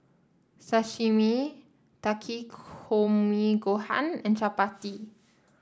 Sashimi Takikomi Gohan and Chapati